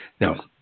Now